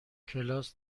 کلاس